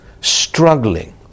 struggling